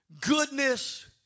goodness